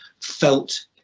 felt